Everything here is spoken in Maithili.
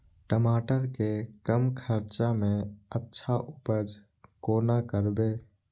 टमाटर के कम खर्चा में अच्छा उपज कोना करबे?